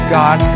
god